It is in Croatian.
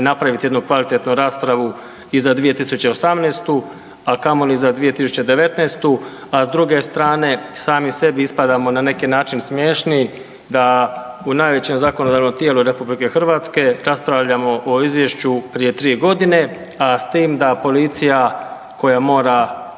napraviti jednu kvalitetnu raspravu i za 2018., a kamoli za 2019., a s druge strane sami sebi ispadamo na neki način smiješni da u najvećem zakonodavno tijelu RH raspravljamo o izvješću raspravljamo o izvješću prije 3 godine, a s tim da policija koja mora,